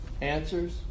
answers